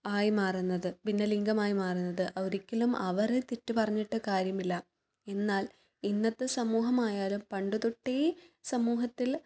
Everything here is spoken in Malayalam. ആയി മാറുന്നത് ഭിന്നലിംഗമായി മാറുന്നത് ഒരിക്കലും അവരെ തെറ്റ് പറഞ്ഞിട്ട് കാര്യമില്ല എന്നാൽ ഇന്നത്തെ സമൂഹമായാലും പണ്ട് തൊട്ടേ സമൂഹത്തിൽ